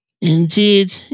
Indeed